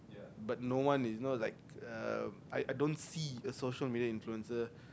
but no one is no like uh I I don't see a social media influencer